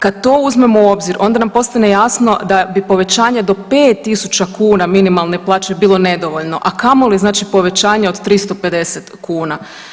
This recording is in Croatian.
Kad to uzmemo u obzir onda nam postane jasno da bi povećanje do 5.000 kuna minimalne plaće bilo nedovoljno, a kamoli povećanje od 350 kuna.